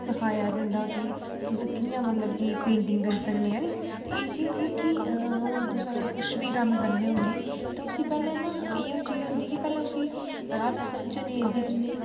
सखाया जंदा कि तुस कि'यां मतलब कि पेटिंग करी सकदे ऐनी ते एह् चीज ही कि हून तुस अगर कुछ बी कम्म करने होन्ने ते उसी पैह्लें न एह् चीज होंदी कि पैह्लें उसी अस समझनें दिक्खनें